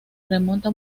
remonta